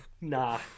Nah